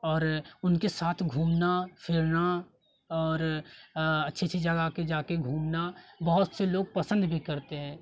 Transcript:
और उनके साथ घूमना फिरना और अच्छी अच्छी जगह जाकर के जा के घूमना बहुत से लोग पसंद भी करते हैं